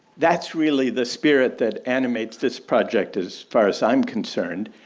that's really the spirit that animates this project as far as i'm concerned.